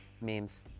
memes